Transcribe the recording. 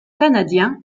canadien